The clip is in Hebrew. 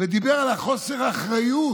ודיבר על חוסר האחריות,